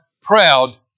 proud